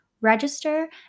Register